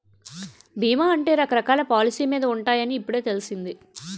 బీమా అంటే రకరకాల పాలసీ మీద ఉంటాయని ఇప్పుడే తెలిసింది